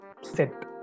set